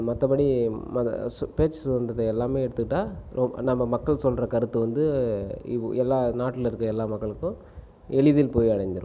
மற்றபடி பேச்சு சுதந்திரத்தை எல்லாமே எடுத்துக்கிட்டால் நம்ம நம்ம மக்கள் சொல்கிற கருத்து வந்து எல்லா நாட்டில் இருக்கற எல்லா மக்களுக்கும் எளிதில் போய் அடைந்துவிடும்